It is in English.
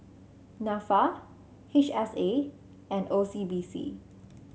NAFA H S A and O C B C